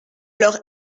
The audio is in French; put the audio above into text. leur